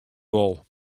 wol